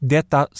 Detta